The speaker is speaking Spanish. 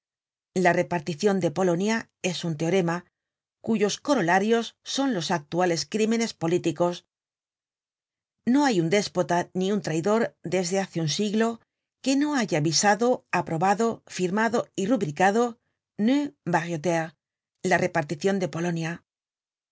la reparticion de polonia es un teorema cuyos corolarios son los actuales crímenes políticos no hay un déspota ni un traidor desde hace un siglo que no haya visado aprobado firmado y rubricado nevarietnr la reparticion de polonia